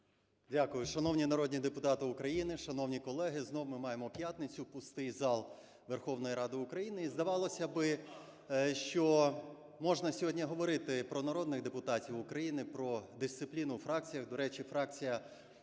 Дякую. Шановні народні депутати України, шановні колеги! Знову ми маємо п'ятницю, пустий зал Верховної Ради України і здавалося би, що можна сьогодні говорити про народних депутатів України, про дисципліну у фракціях.